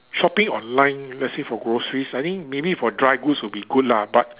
shopping online let's say for groceries I think maybe for dry goods will be good lah but